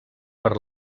per